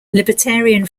libertarian